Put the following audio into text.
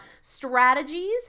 strategies